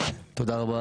תודה רבה,